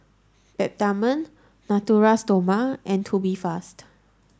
Peptamen Natura Stoma and Tubifast